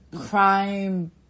crime